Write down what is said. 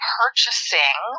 purchasing